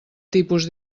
tipus